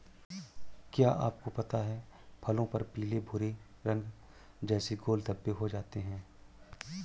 क्या आपको पता है फलों पर पीले भूरे रंग जैसे गोल धब्बे हो जाते हैं?